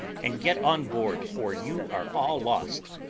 and get on board, or you are all lost.